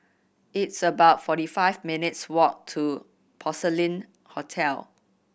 it's about forty five minutes' walk to Porcelain Hotel